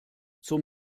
zum